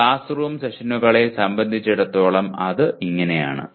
class room സെഷനുകളെ സംബന്ധിച്ചിടത്തോളം അത് ഇങ്ങനെയാണ്